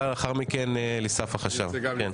לאחר מכן אליסף, החשב.